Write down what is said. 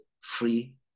free